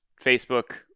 Facebook